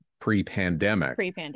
pre-pandemic